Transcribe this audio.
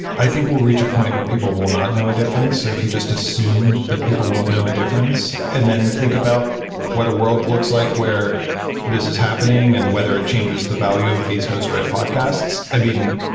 i think we'll reach a point where people will not know a difference. so if you just assume that people won't know a difference and then think about what a world looks like where this is happening and whether it changes the value of these host-read podcasts, i mean,